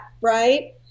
right